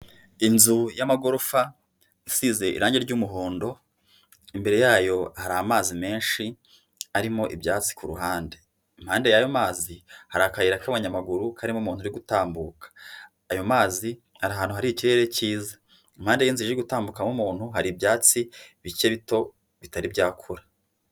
Inzu y'amagorofa isize irangi ry'umuhondo, imbere yayo hari amazi menshi arimo ibyatsi ku ruhande. Impande y'ayo mazi, hari akayira k'abanyamaguru karimo umuntu uri gutambuka. Ayo mazi ari ahantu hari ikirere cyiza, impande y'inzira iri gutambukamo umuntu, hari ibyatsi bikiri bito bitari byakura.